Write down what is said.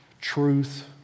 truth